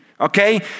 okay